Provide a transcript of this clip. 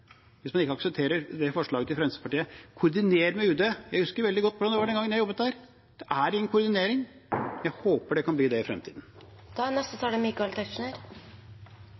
forslaget til Fremskrittspartiet, så koordiner med UD. Jeg husker veldig godt hvordan det var den gangen jeg jobbet der. Det er ingen koordinering. Jeg håper det kan bli det i